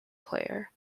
player